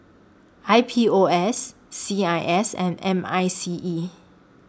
I P O S C I S and M I C E